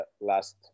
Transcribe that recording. last